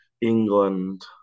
England